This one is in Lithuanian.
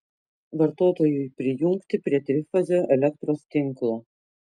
vartotojui prijungti prie trifazio elektros tinklo